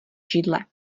židle